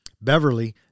Beverly